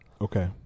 Okay